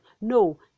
no